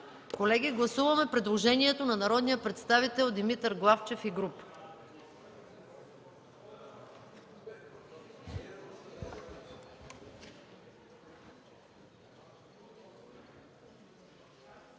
комисията. Предложението на народния представител Димитър Главчев и група